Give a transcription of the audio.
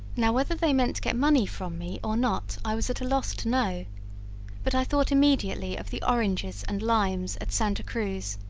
now whether they meant to get money from me or not i was at a loss to know but i thought immediately of the oranges and limes at santa cruz